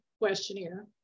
questionnaire